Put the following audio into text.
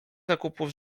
zakupów